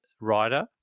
writer